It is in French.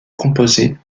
composée